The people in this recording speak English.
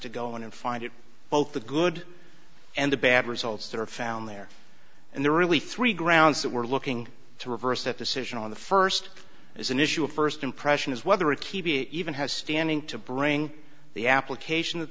to go in and find it both the good and the bad results that are found there and there are really three grounds that we're looking to reverse that decision on the first is an issue of first impression is whether a key even has standing to bring the application that